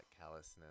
callousness